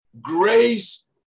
Grace